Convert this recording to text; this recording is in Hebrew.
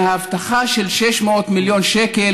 מההבטחה של 600 מיליון שקל,